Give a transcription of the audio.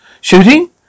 Shooting